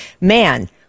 man